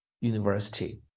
university